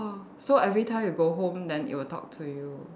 so everytime you go home then it would talk to you